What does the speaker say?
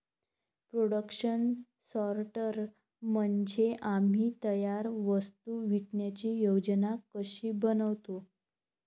production सॉर्टर म्हणजे आम्ही तयार वस्तू विकण्याची योजना कशी बनवतो